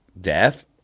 death